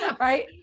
Right